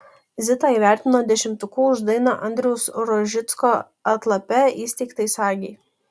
zitą įvertino dešimtuku už dainą andriaus rožicko atlape įsegtai sagei